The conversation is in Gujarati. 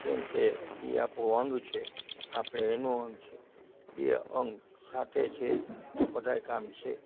કેમકે એ આપણું અંગ છે આપણે એનું અંગ છીએ બે અંગ સાથે છે તો બધાંય કામ છે